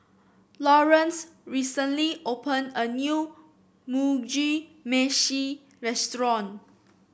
Lawrance recently open a new Mugi Meshi Restaurant